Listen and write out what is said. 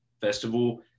festival